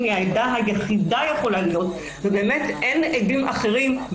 יכולה להיות העדה היחידה ואין עדים אחרים,